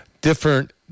different